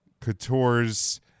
Couture's